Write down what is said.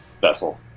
vessel